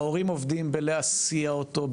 ההורים עובדים בלהסיע אותו,